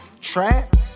trap